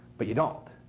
but you don't.